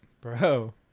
Bro